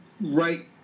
right